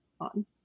on